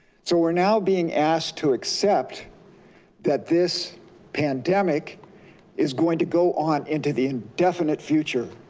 so we're now being asked to accept that this pandemic is going to go on into the indefinite future